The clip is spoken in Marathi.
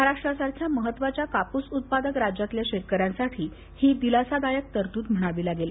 महाराष्ट्रासारख्या महत्त्वाच्या कापूस उत्पादक राज्यातल्या शेतकऱ्यांसाठी ही दिलासादायक तरतूद म्हणावी लागेल